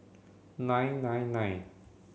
nine nine nine